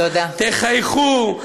תחייכו,